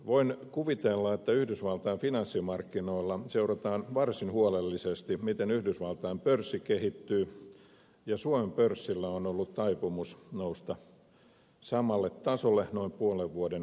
voin kuvitella että yhdysvaltain finanssimarkkinoilla seurataan varsin huolellisesti miten yhdysvaltain pörssi kehittyy ja suomen pörssillä on ollut taipumus nousta samalle tasolle noin puolen vuoden viipeellä